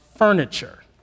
furniture